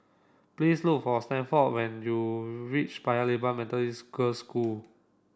please look for Stanford when you reach Paya Lebar Methodist Girls School